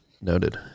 Noted